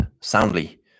soundly